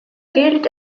gilt